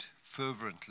fervently